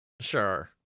Sure